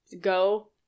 go